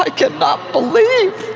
i cannot believe